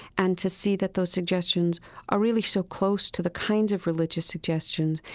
and to see that those suggestions are really so close to the kinds of religious suggestions.